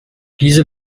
diese